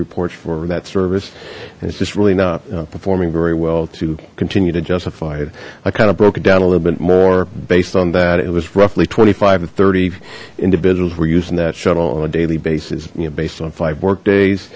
reports for that service and it's just really not performing very well to continue to justify it i kind of broke it down a little bit more based on that it was roughly twenty five to thirty individuals were used in that shuttle on a daily basis you know based on five work days